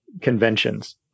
conventions